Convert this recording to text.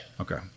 Okay